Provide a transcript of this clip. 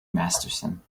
masterson